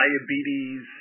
diabetes